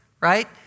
Right